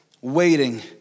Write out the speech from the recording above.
waiting